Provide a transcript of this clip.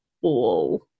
whoa